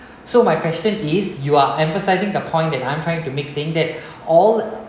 so my question is you are emphasising the point that I'm trying to makes saying that all